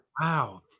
Wow